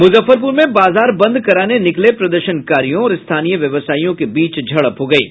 मुजफ्फरपुर में बाजार बंद कराने निकले प्रदर्शनकारियों और स्थानीय व्यावसायियों के बीच झड़प हो गयी